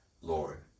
Lord